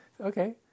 Okay